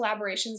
collaborations